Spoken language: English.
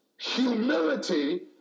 humility